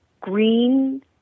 green